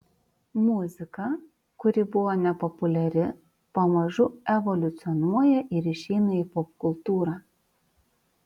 muzika kuri buvo nepopuliari pamažu evoliucionuoja ir išeina į popkultūrą